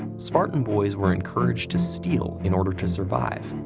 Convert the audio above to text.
spartan boys were encouraged to steal in order to survive,